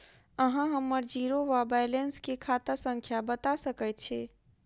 अहाँ हम्मर जीरो वा बैलेंस केँ खाता संख्या बता सकैत छी?